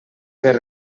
per